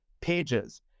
pages